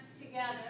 together